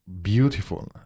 beautiful